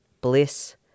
bliss